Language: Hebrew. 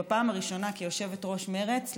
בפעם הראשונה כיושבת-ראש מרצ,